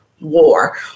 war